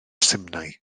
simnai